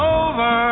over